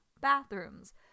bathrooms